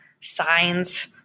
Signs